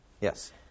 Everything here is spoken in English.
Yes